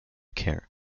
care